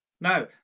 Now